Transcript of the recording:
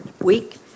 week